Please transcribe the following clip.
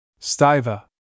Stiva